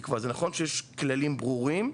זה נכון שיש כללים ברורים,